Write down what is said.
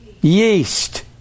Yeast